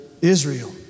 Israel